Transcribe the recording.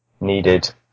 needed